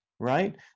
right